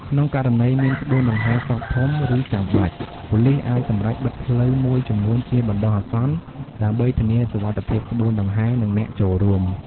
ក្នុងករណីមានក្បួនដង្ហែសពធំ ឬចាំបាច់ ប៉ូលីសអាចសម្រេចបិទផ្លូវមួយចំនួនជាបណ្តោះអាសន្ន ដើម្បីធានាសុវត្ថិភាពក្បួនដង្ហែ និងអ្នកចូលរួម។